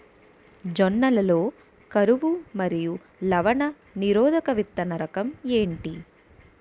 జొన్న లలో కరువు మరియు లవణ నిరోధక విత్తన రకం ఏంటి?